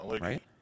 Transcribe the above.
Right